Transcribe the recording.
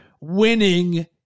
winning